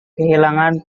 kehilangan